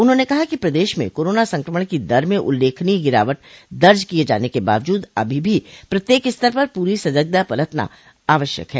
उन्होंने कहा कि प्रदेश में कोरोना संक्रमण की दर में उल्लेखनीय गिरावट दर्ज किये जाने के बावजूद अभी भी प्रत्येक स्तर पर पूरी सजगता बरतना आवश्यक है